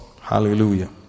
Hallelujah